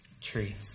tree